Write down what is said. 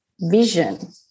vision